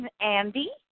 Andy